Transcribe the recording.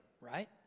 right